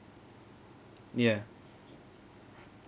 ya